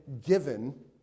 given